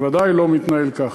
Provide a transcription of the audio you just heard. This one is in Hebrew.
זה ודאי לא מתנהל ככה.